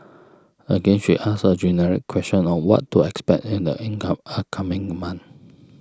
again she asks a generic question on what to expect in the income upcoming month